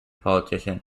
politician